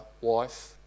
wife